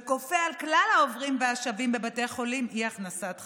וכופה על כלל העוברים והשבים בבתי החולים אי-הכנסת חמץ.